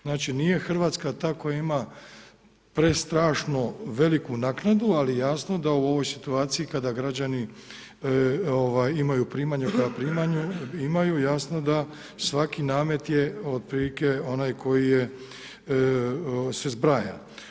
Znači, nije RH ta koja ima prestrašno veliku naknadu, ali jasno da u ovoj situaciji kada građani imaju primanja koja primanja imaju, jasno da svaki namet je otprilike onaj koji je se zbraja.